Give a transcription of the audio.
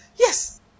Yes